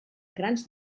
grans